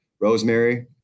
rosemary